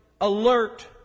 alert